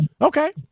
Okay